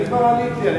אני כבר עליתי.